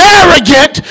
arrogant